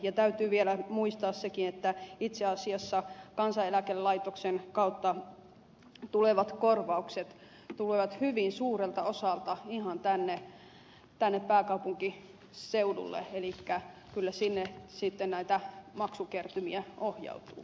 ja täytyy vielä muistaa sekin että itse asiassa kansaneläkelaitoksen kautta tulevat korvaukset tulevat hyvin suurelta osalta ihan tänne pääkaupunkiseudulle elikkä kyllä sinne sitten näitä maksukertymiä ohjautuu